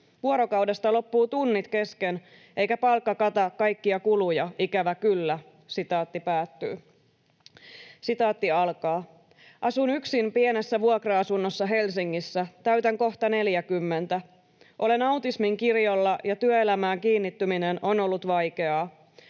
Vuorokaudesta loppuu tunnit kesken, eikä palkka kata kaikkia kuluja, ikävä kyllä.” ”Asun yksin pienessä vuokra-asunnossa Helsingissä. Täytän kohta 40. Olen autismin kirjolla ja työelämään kiinnittyminen on ollut vaikeaa.